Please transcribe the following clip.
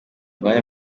umwanya